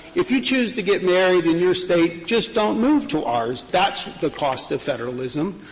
if you choose to get married in your state, just don't move to ours. that's the cost of federalism.